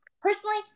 Personally